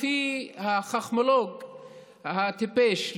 לפי החכמולוג הטיפש,